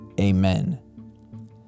Amen